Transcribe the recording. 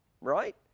right